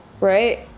Right